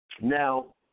Now